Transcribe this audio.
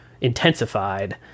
intensified